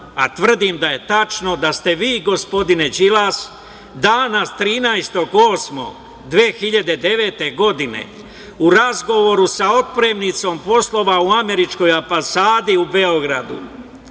a tvrdim da je tačno, da ste vi gospodine Đilas dana 13. avgusta 2009. godine u razgovoru sa otpremnicom poslova u Američkoj ambasadi u Beogradu,